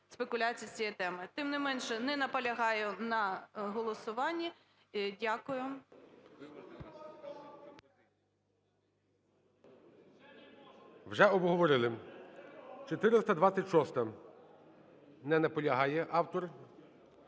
спекуляцій з цієї теми. Тим не менше, не наполягаю на голосуванні. Дякую. ГОЛОВУЮЧИЙ. Вже обговорили. 426-а. Не наполягає автор.